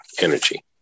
energy